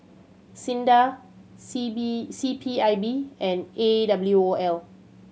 SINDA C B C P I B and A W O L